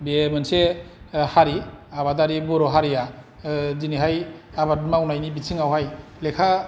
बियो मोनसे हारि आबादारि बर' हारिया दिनैहाय आबाद मावनायनि बिथिंआवहाय लेखा